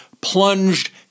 plunged